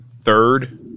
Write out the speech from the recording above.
Third